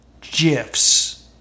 GIFs